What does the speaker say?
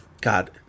God